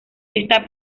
está